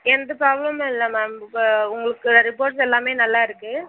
எந்த ப்ராப்ளமும் இல்லை மேம் இப்போ உங்களுக்கு ரிப்போர்ட்ஸ் எல்லாமே நல்லா இருக்குது